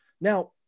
Now